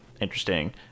interesting